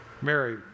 Mary